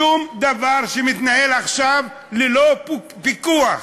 הדבר שמתנהל עכשיו הוא ללא פיקוח,